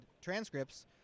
transcripts